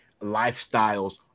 lifestyles